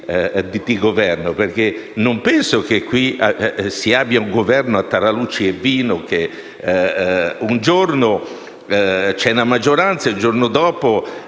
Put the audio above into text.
di Governo e perché non penso che qui si abbia un Governo a tarallucci e vino per cui un giorno c'è una maggioranza e il giorno dopo